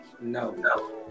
no